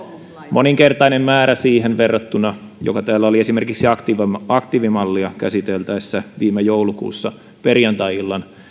moninkertainen määrä siihen verrattuna mikä täällä oli esimerkiksi aktiivimallia käsiteltäessä viime joulukuussa perjantai illan